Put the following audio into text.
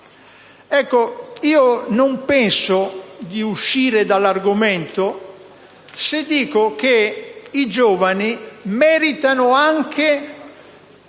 Ecco, io non penso di uscire dall'argomento se dico che i giovani meritano anche